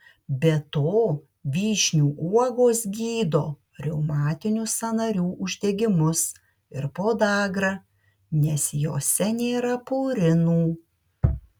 be to vyšnių uogos gydo reumatinius sąnarių uždegimus ir podagrą nes jose nėra purinų